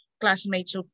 classmates